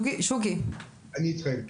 אני איתכם.